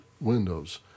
windows